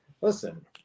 listen